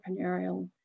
entrepreneurial